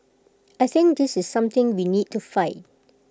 I think this is something we need to fight